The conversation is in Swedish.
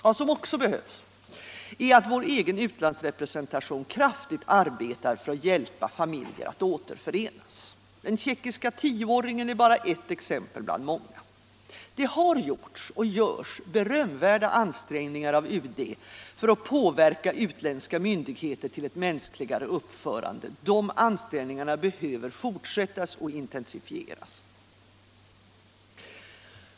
Vad som också behövs är att vår egen utlandsrepresentation kraftigt arbetar för att hjälpa familjer att återförenas. Den tjeckiska tioåringen är bara ett exempel bland många. Det har gjorts, och görs, berömvärda ansträngningar av UD för att påverka utländska myndigheter till ett mänskligare uppförande. De ansträngningarna behöver fortsättas och intensifieras.